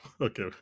okay